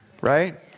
right